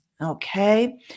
Okay